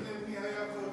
שלא תתחיל מי היה קודם.